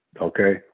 okay